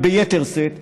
וביתר שאת,